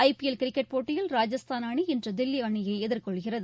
ஐ P L cricket போட்டியில் ராஜஸ்தான் அணி இன்று தில்லி அணியை எதிர்கொள்கிறது